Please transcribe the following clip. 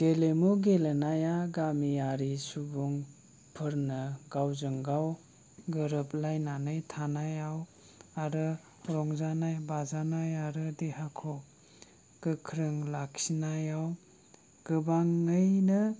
गेलेमु गेलेनाया गामियारि सुबुंफोरनो गावजों गाव गोरोबलायनानै थानायाव आरो रंजानाय बाजानाय आरो देहाखौ गोख्रों लाखिनायाव गोबाङैनो